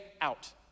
out